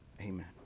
Amen